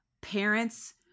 parents